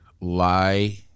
lie